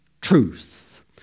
truth